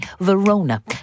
Verona